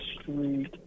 Street